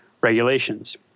regulations